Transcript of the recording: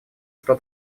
что